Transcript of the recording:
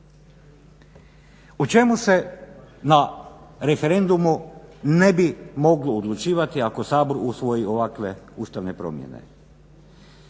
O čemu se na referendumu ne bi moglo odlučivati ako Sabor usvoji ovakve ustavne promjene?